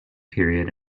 period